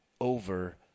over